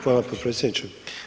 Hvala potpredsjedniče.